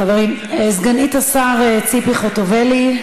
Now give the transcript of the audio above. חברים, סגנית השר ציפי חוטובלי,